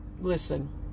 listen